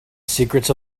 secrets